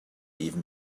even